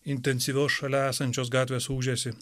intensyvios šalia esančios gatvės ūžesį